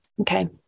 Okay